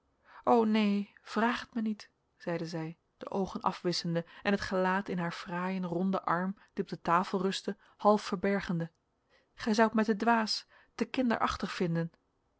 o neen vraag het mij niet zeide zij de oogen afwisschende en het gelaat in haar fraaien ronden arm die op de tafel rustte half verbergende gij zoudt mij te dwaas te kinderachtig vinden